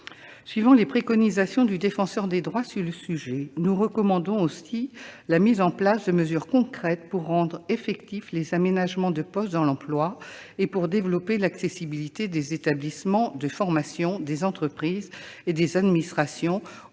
Suivant les préconisations du Défenseur des droits sur le sujet, nous recommandons aussi la mise en place de mesures concrètes pour rendre effectifs les aménagements de poste dans l'emploi et pour développer l'accessibilité des établissements de formation, des entreprises et des administrations au bénéfice